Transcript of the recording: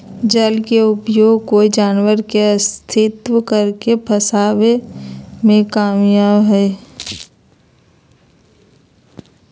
जल के उपयोग कोय जानवर के अक्स्र्दित करके फंसवे में कयल जा हइ